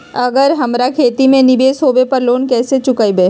अगर हमरा खेती में निवेस होवे पर लोन कैसे चुकाइबे?